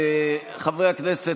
חברי הכנסת,